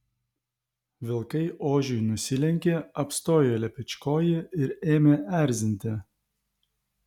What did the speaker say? vilkai ožiui nusilenkė apstojo lepečkojį ir ėmė erzinti